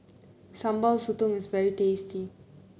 Sambal Sotong is very tasty